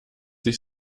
ich